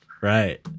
Right